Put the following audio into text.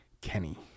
Kenny